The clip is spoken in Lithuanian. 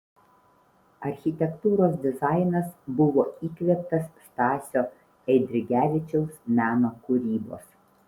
architektūros dizainas buvo įkvėptas stasio eidrigevičiaus meno kūrybos